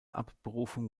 abberufung